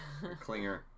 Clinger